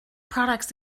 products